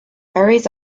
ares